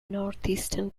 northeastern